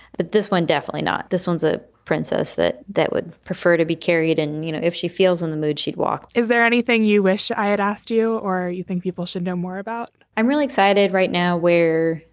but this one definitely not. this one's a princess that that would prefer to be carried in. you know, if she feels in the mood, she'd walk is there anything you wish i had asked you or you think people should know more about? i'm really excited right now where,